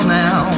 now